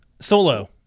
Solo